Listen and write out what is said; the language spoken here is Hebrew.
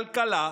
כלכלה,